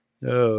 No